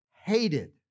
hated